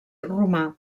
romà